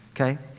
Okay